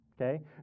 Okay